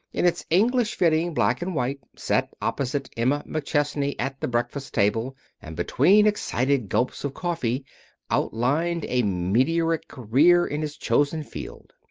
in its english-fitting black and white, sat opposite emma mcchesney at the breakfast table and between excited gulps of coffee outlined a meteoric career in his chosen field.